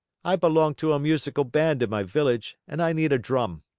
i belong to a musical band in my village and i need a drum.